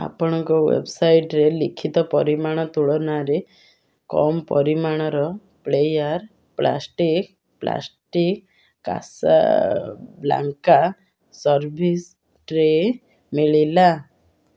ଆପଣଙ୍କ ୱେବ୍ସାଇଟ୍ରେ ଲିଖିତ ପରିମାଣ ତୁଳନାରେ କମ୍ ପରିମାଣର player plastics plastic Casablanca service tray ମିଳିଲା